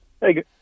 Hey